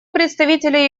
представителя